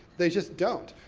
they just don't.